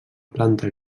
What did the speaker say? planta